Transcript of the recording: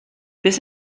this